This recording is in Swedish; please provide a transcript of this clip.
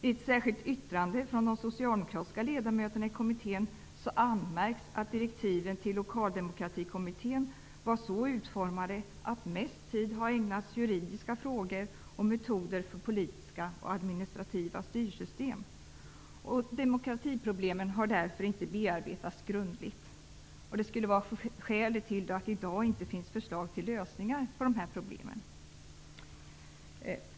I ett särskilt yttrande från de socialdemokratiska ledamöterna i kommittén anmärks att direktiven till Lokaldemokratikommittén var så utformade, att mest tid har ägnats juridiska frågor och metoder för politiska och administrativa styrsystem. Demokratiproblemen har därför inte bearbetats grundligt. Det skulle vara skälet till att det i dag inte finns förslag till lösningar på dessa problem.